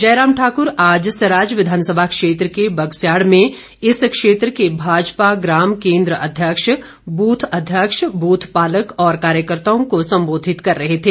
जयराम ठाकुर आज सराज विधानसभा क्षेत्र के बगसयाड़ में इस क्षेत्र के भाजपा ग्रम केंद्र अध्यक्ष बूथ अध्यक्ष बूथ पालक और कार्यकर्ताओं को सम्बोधित कर रहे थे